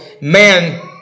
man